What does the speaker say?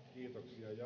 [Speech